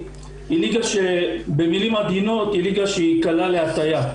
היא ליגה שבמילים עדינות היא ליגה שקלה להטיה.